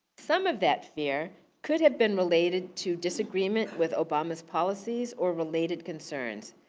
some of that fear could have been related to disagreement with obama's policies or related concerns.